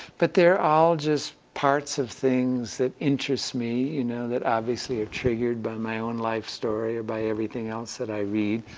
but they're all just parts of things that interest me, you know that obviously are triggered by my own life story, by everything else that i read,